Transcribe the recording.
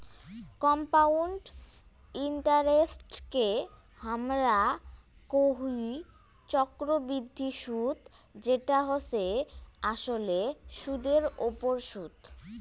compound ইন্টারেস্টকে হামরা কোহি চক্রবৃদ্ধি সুদ যেটা হসে আসলে সুদের ওপর সুদ